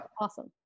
Awesome